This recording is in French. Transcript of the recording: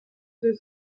deux